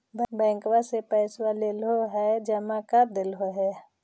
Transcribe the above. बैंकवा से पैसवा लेलहो है जमा कर देलहो हे?